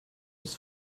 ist